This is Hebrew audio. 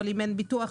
ואם אין ביטוח,